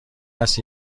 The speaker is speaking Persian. است